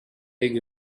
big